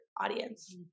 audience